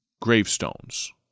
gravestones